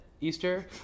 Easter